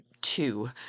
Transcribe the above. two